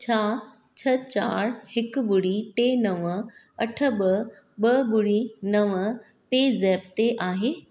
छा छ्ह चारि हिकु ॿुड़ी टे नव अठ ॿ ॿ ॿुड़ी नव पे ज़ेप ते आहे